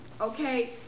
Okay